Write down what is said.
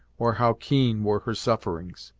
or how keen were her sufferings.